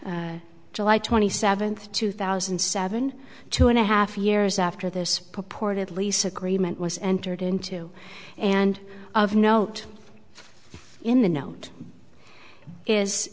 july twenty seventh two thousand and seven two and a half years after this purported lease agreement was entered into and of note in the note is